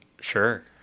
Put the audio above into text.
Sure